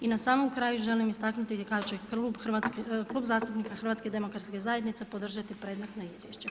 I na samom kraju želim istaknuti da će Klub zastupnika HDZ-a podržati predmetna izvješća.